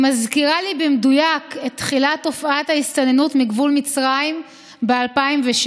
היא מזכירה לי במדויק את תחילת תופעת ההסתננות מגבול מצרים ב-2006,